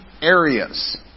areas